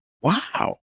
wow